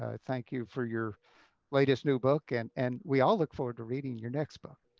ah thank you for your latest new book. and and we all look forward to reading your next book.